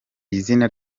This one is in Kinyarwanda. izina